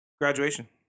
Graduation